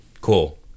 Cool